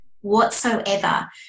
whatsoever